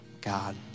God